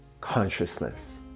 consciousness